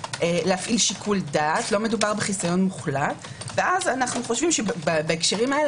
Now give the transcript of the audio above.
להפעיל שיקול דעת לא מדובר בחיסיון מוחלט ואז בהקשרים האלה